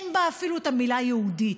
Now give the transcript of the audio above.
אין בה אפילו את המילה יהודית.